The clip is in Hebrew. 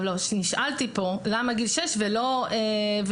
נשאלתי כאן למה גיל שש ולא קטינים.